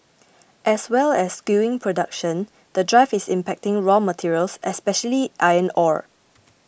as well as skewing production the drive is impacting raw materials especially iron ore